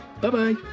Bye-bye